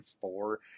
four